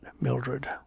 Mildred